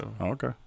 okay